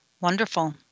Wonderful